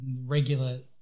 regular